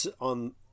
on